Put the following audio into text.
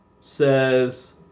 says